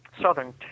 southern